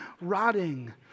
rotting